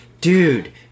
dude